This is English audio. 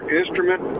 instrument